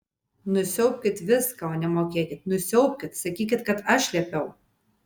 nusiaubkit viską o nemokėkit nusiaubkit sakykit kad aš liepiau